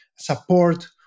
support